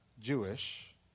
Jewish